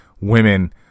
women